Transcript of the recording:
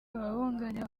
ababunganira